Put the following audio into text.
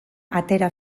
atera